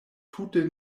tute